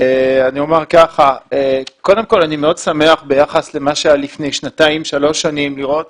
אני מאוד שמח ביחס למה שהיה לפני שנתיים-שלוש לראות